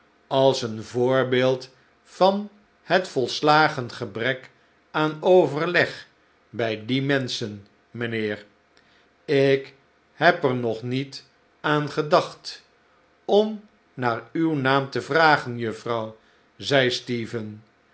als een voorbeeld van het vol slagen gebrek aan overleg bi die menschen mijnheer ik heb er nog niet aan gedacht om naar uw naam te vragen juffrouw zeide stephen